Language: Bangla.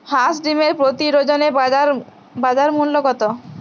হাঁস ডিমের প্রতি ডজনে বাজার মূল্য কত?